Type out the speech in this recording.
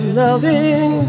loving